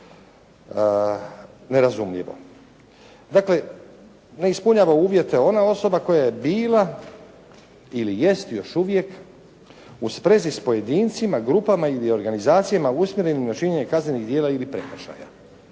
Dakle ne ispunjava uvjete ona osoba koja je bila ili jest još uvijek u sprezi s pojedincima, grupama ili organizacijama usmjerenim na činjenje kaznenih djela ili prekršaja.